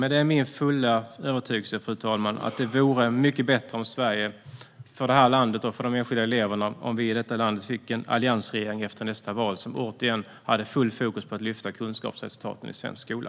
Men det är min fulla övertygelse, fru talman, att det vore mycket bättre för Sverige och för de enskilda eleverna om landet efter nästa val åter fick en alliansregering som återigen hade fullt fokus på att lyfta kunskapsresultaten i svensk skola.